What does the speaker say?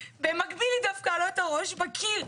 במקביל היא דפקה לו את הראש בקיר,